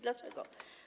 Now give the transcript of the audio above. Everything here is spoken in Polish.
Dlaczego?